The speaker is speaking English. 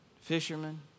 fishermen